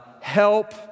help